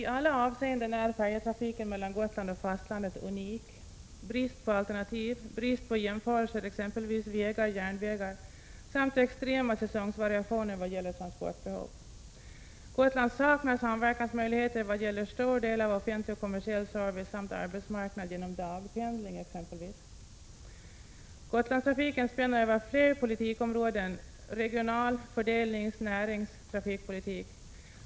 Herr talman! Färjetrafiken mellan Gotland och fastlandet är unik i alla avseenden: brist på alternativ, brist på jämförelser med exempelvis vägar och järnvägar samt extrema säsongsvariationer i vad gäller transporter. Gotland saknar samverkansmöjligheter exempelvis beträffande en stor del av offentlig och kommersiell service samt arbetsmarknad genom dagpendling. Gotlandstrafiken spänner över flera politikområden — regional-, fördelnings-, näringsoch trafikpolitik.